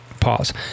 pause